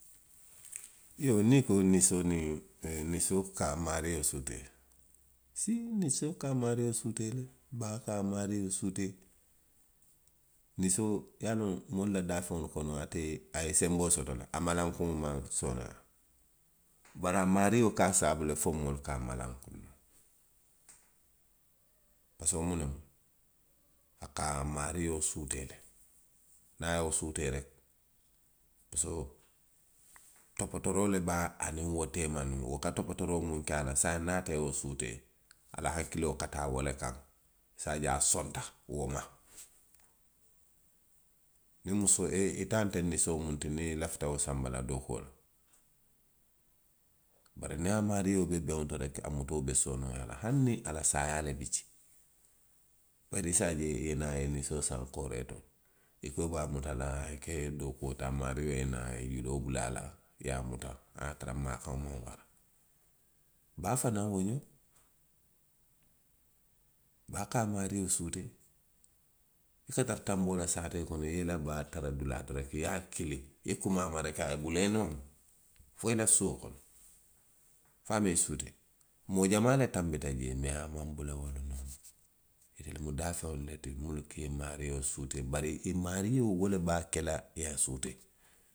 Niŋ miŋ ko i ye ninsoo niŋ, ninsoo ka a maario suutee le, ninsoo ka a maaro suutee le, baa ka a maario suutee le, ninsoo, ye a loŋ, ninsoo daafeŋo komi ate, a ye senboo soto le, a manakuŋo maŋ sooneyaa. Bari a maario ka a sabu le fo moolu ka a manakuŋ. parisiko a ka a maario suutee le. A ye wo suutee le. Parisiko topotooroo le be a niŋ wo teema. Wo ka topotooroo miŋ ke a saayiŋ niŋ ate ye wo suutee, a la hakkiloo ka taa wo le kaŋ. i se a je sonta wo la. Ninsoo, i taa teŋ ninsoo miŋ i lafita wo sanba la, dookuo loŋ. Bari niŋ a maario be looriŋ, a mutoo be sooneyaa la le. Hanniŋ a la saayaa le bi jee. I se a je i ye naa i ye ninsoo saŋ kooree to, niŋ i ko i be a muta la i ye ke i ye dookuo ti, a maario ye naa, a ye juloo bula a la, i ye a muta, a ye a tara maakaŋo maŋ wara. Baa fanaŋ wo ňoŋ. A ka a maario suutee le. Soko i ka bo naŋ saatee kono i ye i la baa tara dulaa to, i ye a kili, i ye kuma a ma reki a ye bula i nooma, fo i la suo kono. Fo amaŋ i suutee? Moo jamaa le tanbita jee mee, a maŋ bula wolu noma. Wo daafeŋolu bi jee le minnu ka i maario suutee. Bari i maario wo le be a ke la i ye a suutee.